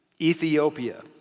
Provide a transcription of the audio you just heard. Ethiopia